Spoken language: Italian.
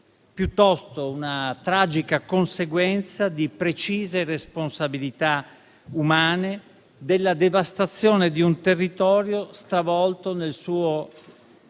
piuttosto una tragica conseguenza di precise responsabilità umane e della devastazione di un territorio stravolto nel suo